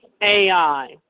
AI